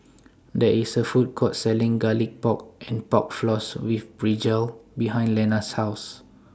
There IS A Food Court Selling Garlic Pork and Pork Floss with Brinjal behind Lenna's House